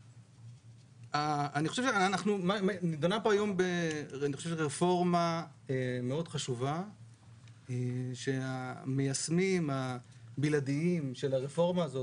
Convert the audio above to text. היום עוסקים ברפורמה מאוד חשובה שהמיישמים הבלעדיים של הרפורמה הזאת,